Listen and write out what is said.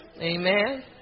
Amen